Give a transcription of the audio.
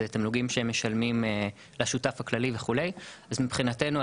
אלה תמלוגים שהם לשותף הכללי וכו' אז מבחינתנו,